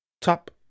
Top